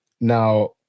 Now